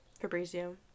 Fabrizio